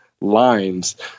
lines